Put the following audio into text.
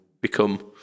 become